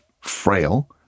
frail